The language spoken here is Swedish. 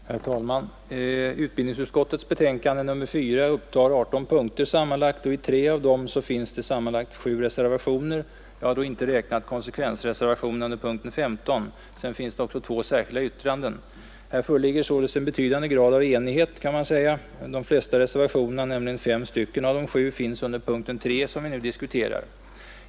Herr talman! Utbildningsutskottets betänkande nr 4 upptar 18 punkter. I tre av dessa finns sammanlagt sju reservationer. Jag har då inte räknat konsekvensreservationerna under punkten 15. Dessutom finns två särskilda yttranden. Här föreligger således en betydande grad av enighet. De flesta reservationerna, nämligen fem av de sju, finns under punkten 3, som vi nu diskuterar.